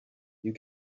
you